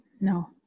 no